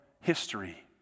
history